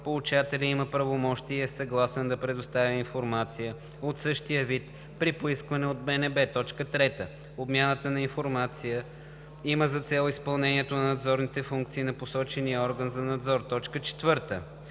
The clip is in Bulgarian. получателят има правомощие и е съгласен да предоставя информация от същия вид при поискване от БНБ; 3. обмяната на информация има за цел изпълнението на надзорните функции на посочения орган за надзор; 4.